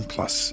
Plus